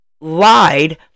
lied